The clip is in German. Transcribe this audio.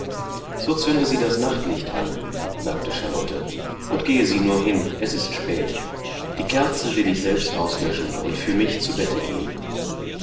so zünde sie das nachtlicht an sagte charlotte und gehe sie nur hin es ist spät die kerze will ich selbst auslöschen und für mich zu bette gehen